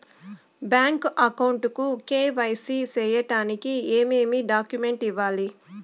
Bank account కు KYC సేయడానికి ఏమేమి డాక్యుమెంట్ ఇవ్వాలి?